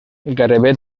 gairebé